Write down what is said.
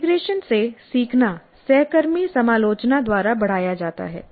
integration से सीखना सहकर्मी समालोचना द्वारा बढ़ाया जाता है